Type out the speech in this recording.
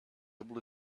able